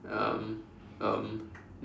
um um